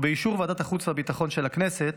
ובאישור ועדת החוץ והביטחון של הכנסת,